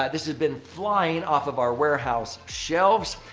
this has been flying off of our warehouse shelves.